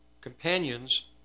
companions